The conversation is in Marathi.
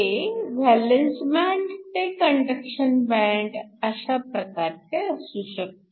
ते व्हॅलन्स बँड ते कंडक्शन बँड अशा प्रकारचे असू शकते